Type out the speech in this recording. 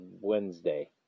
Wednesday